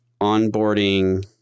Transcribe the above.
onboarding